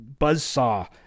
buzzsaw